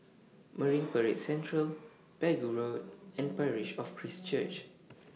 Marine Parade Central Pegu Road and Parish of Christ Church